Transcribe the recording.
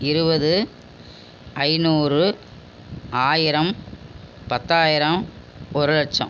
இருபது ஐந்நூறு ஆயிரம் பத்தாயிரம் ஒரு லட்சம்